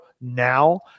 now